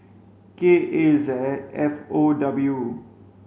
K A Z F O W